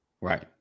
Right